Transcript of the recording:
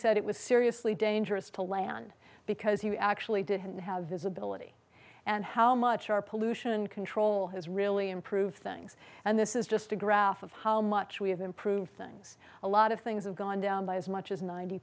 said it was seriously dangerous to land because he actually didn't have visibility and how much our pollution control has really improved things and this is just a graph of how much we have improved things a lot of things have gone down by as much as ninety